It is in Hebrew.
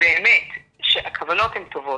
באמת שהכוונות הן טובות.